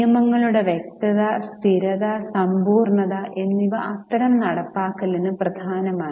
നിയമങ്ങളുടെ വ്യക്തത സ്ഥിരത സമ്പൂർണ്ണത എന്നിവ അത്തരം നടപ്പാക്കലിന് പ്രധാനമാണ്